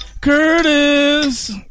Curtis